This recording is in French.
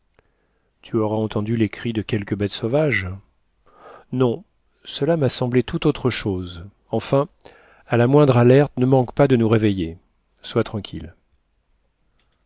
tu auras entendu les cris de quelques bêtes sauvages non cela m'a semblé tout autre chose enfin à la moindre alerte ne manque pas de nous réveiller sois tranquille